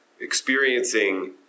experiencing